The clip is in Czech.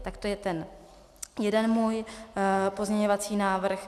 Tak to je ten jeden můj pozměňovací návrh.